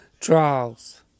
trials